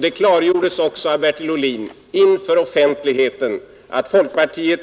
Det klargjordes också av Bertil Ohlin inför offentligheten att folkpartiet